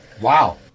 Wow